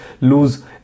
lose